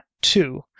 two